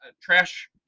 trash